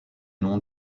nom